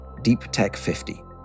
DEEPTECH50